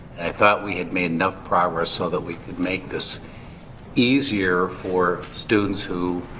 i thought we had made enough progress so that we could make this easier for students who.